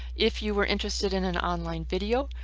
if you were interested in an online video,